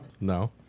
No